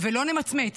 ולא נמצמץ.